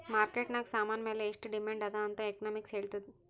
market ನಾಗ್ ಸಾಮಾನ್ ಮ್ಯಾಲ ಎಷ್ಟು ಡಿಮ್ಯಾಂಡ್ ಅದಾ ಅಂತ್ ಎಕನಾಮಿಕ್ಸ್ ಹೆಳ್ತುದ್